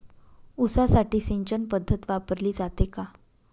ऊसासाठी सिंचन पद्धत वापरली जाते का?